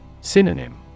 Synonym